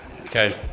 Okay